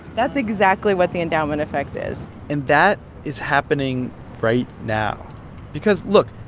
that's exactly what the endowment effect is and that is happening right now because, look,